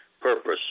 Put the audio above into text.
purpose